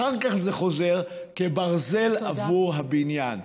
אחר כך זה חוזר כברזל עבור הבניין.